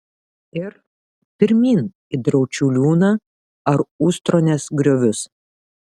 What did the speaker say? ir pirmyn į draučių liūną ar ustronės griovius